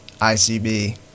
ICB